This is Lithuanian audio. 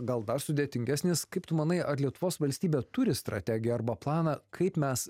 gal dar sudėtingesnis kaip tu manai ar lietuvos valstybė turi strategiją arba planą kaip mes